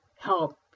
help